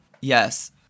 Yes